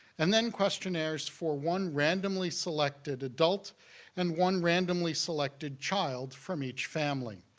and then questionnaires for one randomly-selected adult and one randomly-selected child from each family.